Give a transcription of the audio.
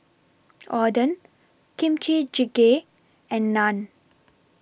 Oden Kimchi Jjigae and Naan